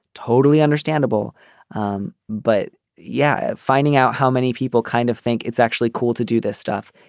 totally understandable but yeah finding out how many people kind of think it's actually cool to do this stuff.